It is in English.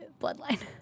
Bloodline